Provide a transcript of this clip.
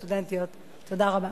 אני קובע שהצעת חוק זכויות הסטודנט (תיקון מס' 4)